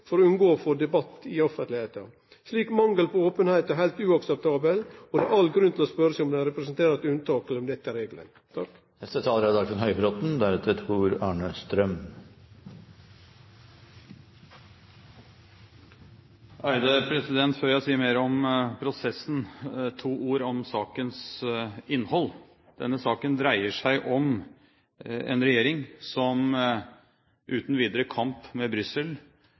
for å unngå å få debatt i offentlegheita. Slik mangel på openheit er heilt uakseptabel, og det er all grunn til å spørje seg om dette representerer eit unnatak, eller om det er regelen. Før jeg sier mer om prosessen, to ord om sakens innhold: Denne saken dreier seg om en regjering som uten videre kamp med Brussel